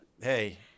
Hey